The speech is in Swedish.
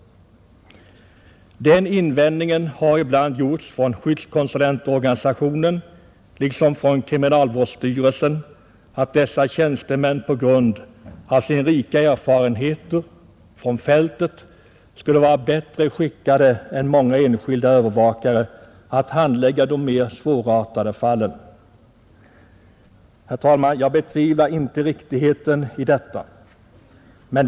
Den invändningen har ibland gjorts från skyddskonsulentorganisationen liksom från kriminalvårdsstyrelsen att dessa tjänstemän tack vare sina rika erfarenheter från fältet skulle vara bättre skickade än många enskilda övervakare att handlägga de mer svårartade fallen. Jag betvivlar inte riktigheten i detta.